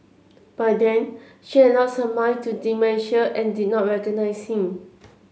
by then she had lost her mind to dementia and did not recognise him